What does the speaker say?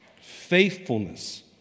faithfulness